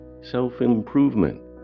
self-improvement